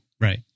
Right